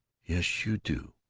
yes, you do!